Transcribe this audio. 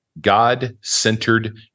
God-Centered